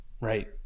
right